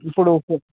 ఇప్పుడు ఓకే